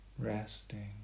Resting